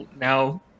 now